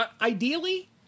Ideally